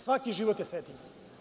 Svaki život je svetinja.